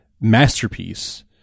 masterpiece